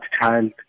child